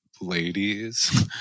ladies